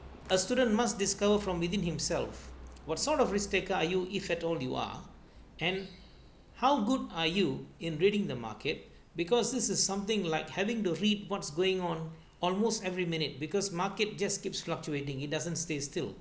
a student must discover from within himself what sort of risk taker are you if at all you are and how good are you in reading the market because this is something like having to read what's going on almost every minute because market just keeps fluctuating it doesn't stay still